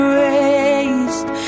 raised